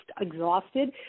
exhausted